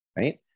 right